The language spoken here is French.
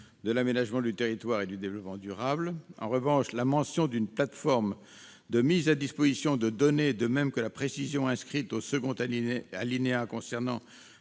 de l'aménagement du territoire et du développement durable. En outre, la mention d'une plateforme de mise à disposition de données, de même que la précision inscrite au second alinéa concernant